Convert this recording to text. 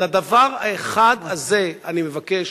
על הדבר האחד הזה אני מבקש,